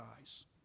eyes